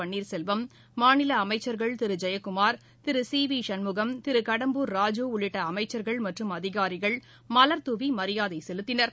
பன்னீர் செல்வம் மாநில அமைச்சர்கள் திரு டி ஜெயக்குமார் திரு சி பி சண்முகம் திரு கடம்பூர் ராஜு உள்ளிட்ட அமைச்சர்கள் மற்றும் அதிகாரிகள் மலர்தூவி மரியாதை செலுத்தினர்